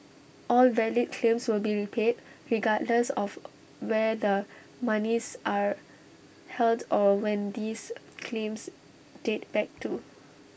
all valid claims will be repaid regardless of where the monies are held or when these claims date back to